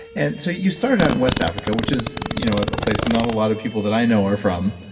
and so you started out in west africa, which is you know a place not a lot of people that i know are from.